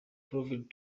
proved